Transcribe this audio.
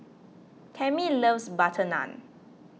Tammy loves Butter Naan